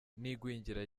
n’igwingira